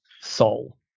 soul